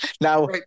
now